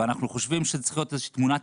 ואנחנו חושבים שצריך להיות איזה שהיא תמונת